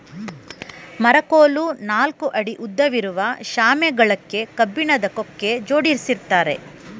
ಮೆರಕೋಲು ನಾಲ್ಕು ಅಡಿ ಉದ್ದವಿರುವ ಶಾಮೆ ಗಳಕ್ಕೆ ಕಬ್ಬಿಣದ ಕೊಕ್ಕೆ ಜೋಡಿಸಿರ್ತ್ತಾರೆ